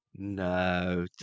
No